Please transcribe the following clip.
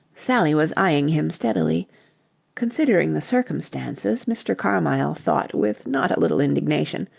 sally was eyeing him steadily considering the circumstances, mr. carmyle thought with not a little indignation,